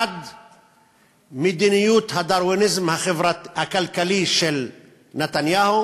מדיניות הדרוויניזם הכלכלי של נתניהו